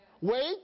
wait